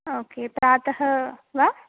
okay प्रातः वा